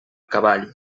cavall